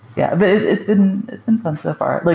yeah but it's been it's been fun so far. like